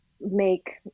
make